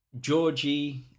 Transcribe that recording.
Georgie